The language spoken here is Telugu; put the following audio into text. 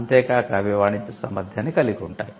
అంతే కాక అవి వాణిజ్య సామర్థ్యాన్ని కలిగి ఉంటాయి